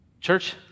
Church